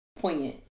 poignant